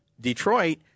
Detroit